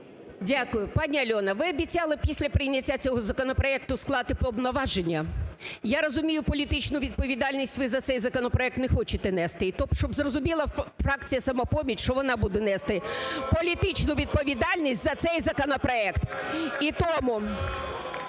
Дякую. Пані Альона, ви обіцяли після прийняття цього законопроекту скласти повноваження, я розумію, політичну відповідальність, ви за цей законопроект не хочете нести. І щоб зрозуміла фракція "Самопоміч", що вона буде нести політичну відповідальність за цей законопроект.